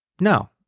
No